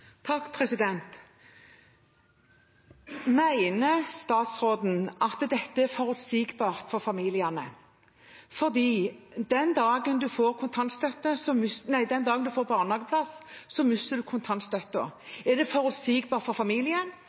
statsråden at dette er forutsigbart for familiene? Den dagen man får barnehageplass, mister man kontantstøtten. Er det forutsigbart for familien? Er det forutsigbart for barnehagen? Er det forutsigbart for